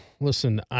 listen